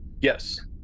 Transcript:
Yes